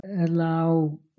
allow